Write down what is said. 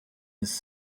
his